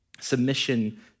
submission